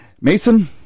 Mason